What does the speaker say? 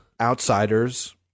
outsiders